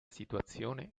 situazione